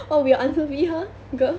what will your answer be !huh! girl